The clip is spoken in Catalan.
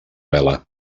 vela